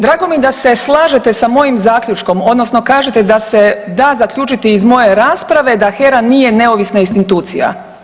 Drago mi je da se slažete sa mojim zaključkom odnosno kažete da se da zaključiti iz moje rasprave da HERA nije neovisna institucija.